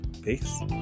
Peace